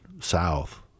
south